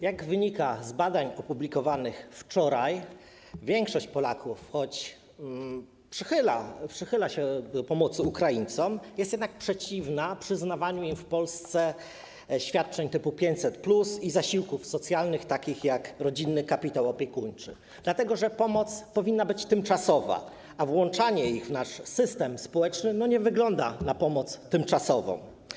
Jak wynika z badań opublikowanych wczoraj, większość Polaków, choć przychyla się do pomocy Ukraińcom, jest jednak przeciwna przyznawaniu im w Polsce świadczeń typu 500+ i zasiłków socjalnych takich jak rodzinny kapitał opiekuńczy, dlatego że pomoc powinna być tymczasowa, a włączanie ich w nasz system społeczny nie wygląda na pomoc tymczasową.